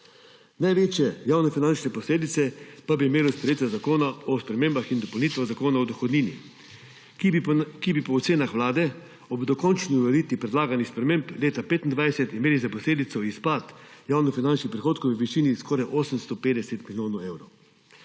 Največje javnofinančne posledice pa bi imelo sprejetje zakona o spremembah in dopolnitvah Zakona o dohodnini, ker bi po ocenah Vlade ob dokončni uveljavitvi predlaganih sprememb leta 2025 imeli za posledico izpad javnofinančnih prihodkov v višini skoraj 850 milijonov evrov.